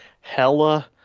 hella